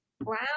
wow